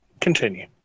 continue